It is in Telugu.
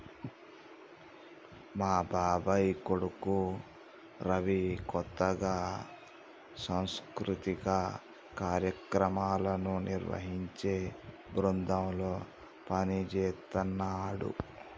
మా బాబాయ్ కొడుకు రవి కొత్తగా సాంస్కృతిక కార్యక్రమాలను నిర్వహించే బృందంలో పనిజేత్తన్నాడు